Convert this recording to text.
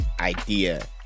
idea